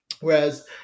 Whereas